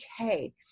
okay